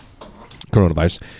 Coronavirus